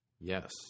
Yes